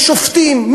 ושופטים,